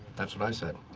that's what i said.